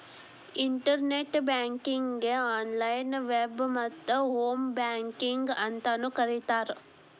internet ಬ್ಯಾಂಕಿಂಗಗೆ online web ಮತ್ತ home banking ಅಂತಾನೂ ಕರಿತಾರ